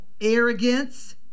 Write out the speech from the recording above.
Arrogance